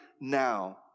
now